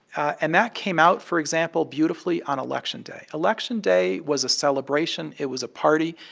and that came out, for example, beautifully on election day. election day was a celebration. it was a party.